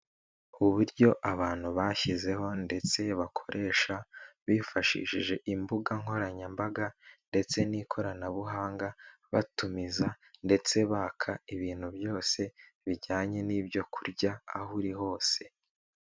Uburyo abantu bashyizeho ndetse bakoresha bifashishije imbuga nkoranyambaga ndetse n'ikoranabuhanga batumiza ndetse baka ibintu byose bijyanye n'ibyo kurya aho uri hose.